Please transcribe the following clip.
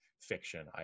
fiction